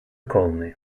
colony